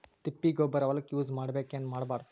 ತಿಪ್ಪಿಗೊಬ್ಬರ ಹೊಲಕ ಯೂಸ್ ಮಾಡಬೇಕೆನ್ ಮಾಡಬಾರದು?